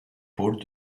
pôles